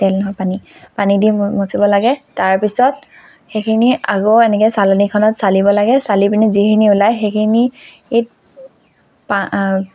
তেল নহয় পানী পানী দি মঠিব লাগে তাৰপিছত সেইখিনি আকৌ এনেকৈ চালনীখনত চালিব লাগে চালি পিনি যিখিনি ওলায় সেইখিনি